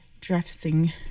dressing